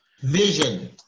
Vision